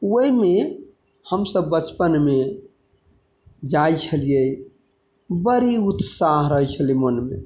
ओहिमे हमसब बचपनमे जाइ छलिए बड़ी उत्साह रहै छलै मनमे